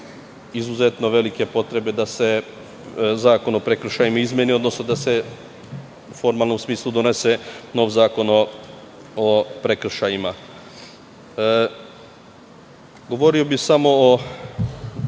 izuzetno velike potrebe da se Zakon o prekršajima izmeni, odnosno da se u formalnom smislu donese nov zakon o prekršajima. Govorio bih samo o